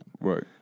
Right